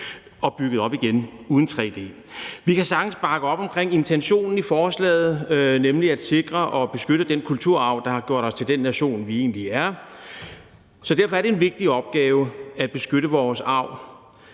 bygget op igen uden tre-d. Vi kan sagtens bakke op omkring intentionen i forslaget, nemlig at sikre og beskytte den kulturarv, der har gjort os til den nation, vi er. Så derfor er det en vigtig opgave at beskytte vores arv,